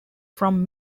from